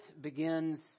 begins